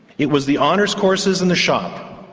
it was the honours courses and the shop,